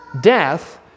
death